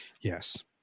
yes